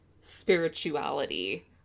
spirituality